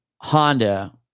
Honda